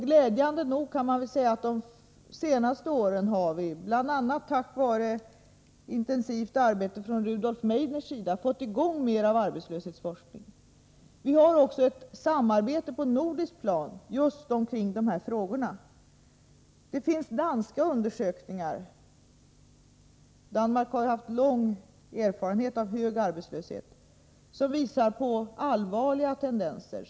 Glädjande nog har vi de senaste åren — bl.a. tack vare Rudolf Meidners intensiva arbete — fått i gång ökad arbetslöshetsforskning. Vi har också ett samarbete på nordisk basis i just dessa frågor. Det finns danska undersökningar — Danmark har ju lång erfarenhet av hög arbetslöshet — som visar allvarliga tendenser.